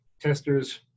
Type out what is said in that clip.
testers